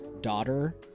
daughter